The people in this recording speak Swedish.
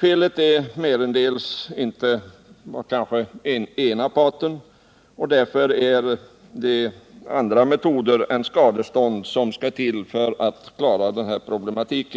Felet ligger merendels inte hos ena parten, och därför är det andra metoder än skadestånd som skall till för att klara denna problematik.